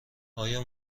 آیا